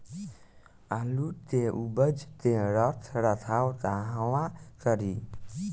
आलू के उपज के रख रखाव कहवा करी?